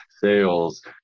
Sales